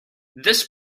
this